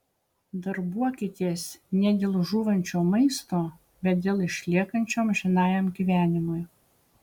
darbuokitės ne dėl žūvančio maisto bet dėl išliekančio amžinajam gyvenimui